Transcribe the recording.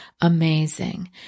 amazing